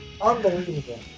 Unbelievable